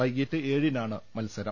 വൈകീട്ട് ഏഴി നാണ് മത്സരം